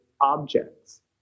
objects